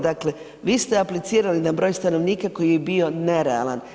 Dakle, vi ste aplicirali na broj stanovnika koji je bio nerealan.